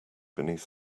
beneath